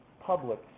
public